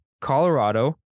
Colorado